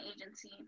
agency